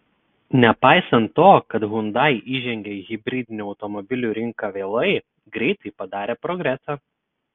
nepaisant to kad hyundai įžengė į hibridinių automobilių rinką vėlai greitai padarė progresą